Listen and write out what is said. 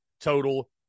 total